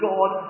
God